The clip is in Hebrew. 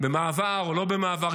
במעבר או לא במעבר,